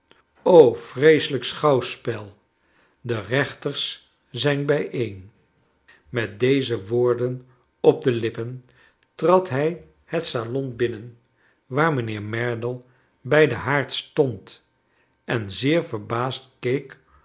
vreeselijk schouwspel de reenters zijn bijeen met deze woorden op de lippen trad hij het salon binnen waar mijnheer merdle bij den haard stond en zeer verbaasd